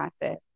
process